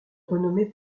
renommé